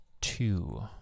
two